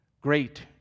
Great